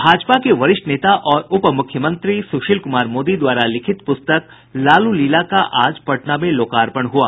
भाजपा के वरिष्ठ नेता और उप मुख्यमंत्री सुशील कुमार मोदी द्वारा लिखित पुस्तक लालू लीला का आज पटना में लोकार्पण हुआ